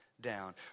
down